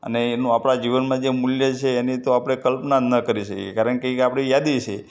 અને એનું આપણા જીવનમાં જે મૂલ્ય છે એની તો આપણે કલ્પના જ ના કરી શકીએ કારણ કે એક આપણી યાદી છે